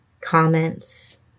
comments